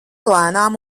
lēnām